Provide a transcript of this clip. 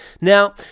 Now